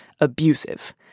abusive